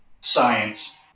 Science